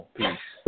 peace